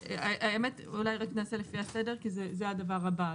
אולי רק נעשה לפי הסדר כי זה הדבר הבא.